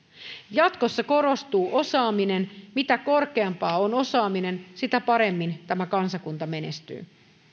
jatkossa korostuu osaaminen mitä korkeampaa on osaaminen sitä paremmin tämä kansakunta menestyy